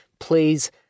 Please